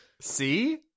See